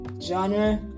genre